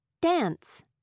dance